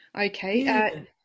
okay